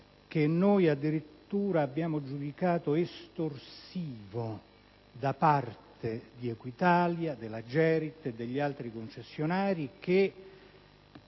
che noi addirittura abbiamo giudicato estorsivo da parte di Equitalia, della Gerit, degli altri concessionari che